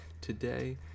Today